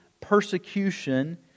persecution